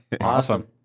Awesome